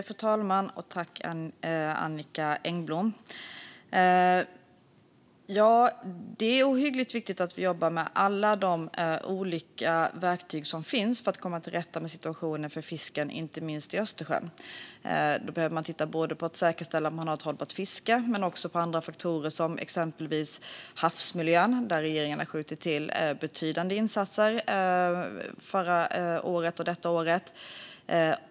Fru talman! Tack, Annicka Engblom, för frågan! Det är ohyggligt viktigt att vi jobbar med alla de olika verktyg som finns för att komma till rätta med situationen för fisket, inte minst i Östersjön. Man behöver titta både på att säkerställa att man har ett hållbart fiske och på andra faktorer, exempelvis havsmiljön, där regeringen har skjutit till betydande insatser förra året och i år.